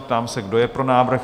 Ptám se, kdo je pro návrh?